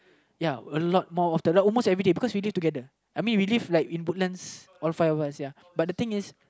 ya a lot more often like almost everyday because we live together I mean we live like in Woodlands all five of us ya but the thing is